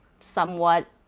somewhat